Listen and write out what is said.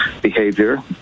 behavior